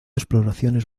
exploraciones